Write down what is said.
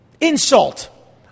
insult